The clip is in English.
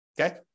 okay